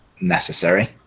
necessary